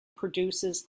produces